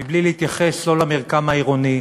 מבלי להתייחס, לא למרקם העירוני,